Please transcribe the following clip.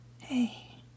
Hey